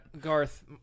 Garth